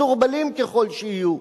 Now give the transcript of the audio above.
מסורבלים ככל שיהיו,